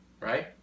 right